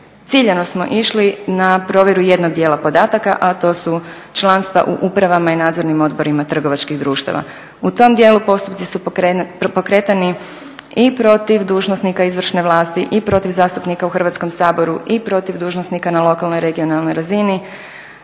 ciljano smo išli na provjeru jednog dijela podataka a to su članstva u upravama i nadzornim odborima trgovačkih društava. U tom dijelu postupci su pokretani i protiv dužnosnika izvršne vlasti i protiv zastupnika u Hrvatskom saboru i protiv dužnosnika na lokalnoj, regionalnoj razini,